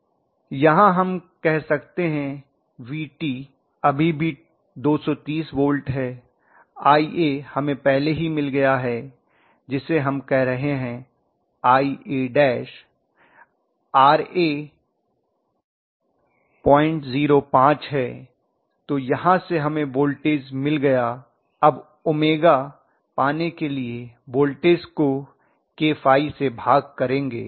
यहां हम कह सकते हैं Vt अभी भी 230 वोल्ट है Ia हमें पहले ही मिल गया है जिसे हम कह रहे हैं Ia Ra 005 है तो यहां से हमें वोल्टेज मिल गया अब 𝜔 पाने के लिए वोल्टेज को kϕ से भाग करेंगे